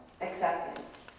acceptance